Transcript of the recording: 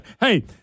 Hey